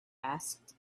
asked